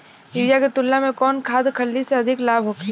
Urea के तुलना में कौन खाध खल्ली से अधिक लाभ होखे?